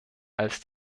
als